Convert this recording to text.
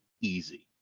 easy